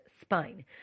spine